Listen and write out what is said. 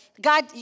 God